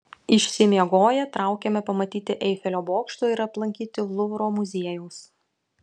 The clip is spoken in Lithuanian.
išsimiegoję traukėme pamatyti eifelio bokšto ir aplankyti luvro muziejaus